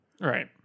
Right